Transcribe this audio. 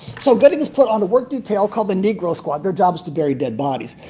so gooding is put on the work detail called the negro squad. their job is to bury dead bodies.